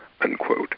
unquote